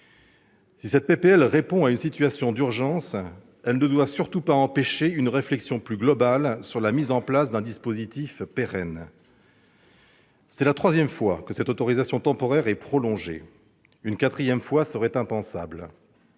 de loi répond à une situation d'urgence, elle ne doit surtout pas empêcher une réflexion plus globale sur la mise en place d'un dispositif pérenne. C'est la troisième fois que cette autorisation temporaire est prolongée ; une quatrième fois serait impensable.